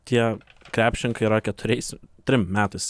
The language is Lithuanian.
tie krepšininkai yra keturiais trim metais